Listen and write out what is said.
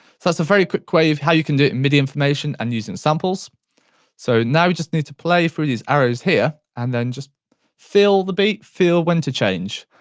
so so very quick way of how you can do it in midi information and using samples so now you just need to play through these arrows here and then just feel the beat. feel when to change,